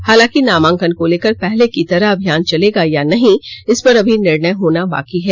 हालांकि नामांकन को लेकर पहले की तरह अभियान चलेगा या नहीं इसपर अभी निर्णय होना बाकी है